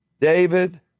David